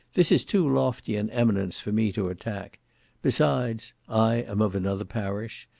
this is too lofty an eminence for me to attack besides, i am of another parish,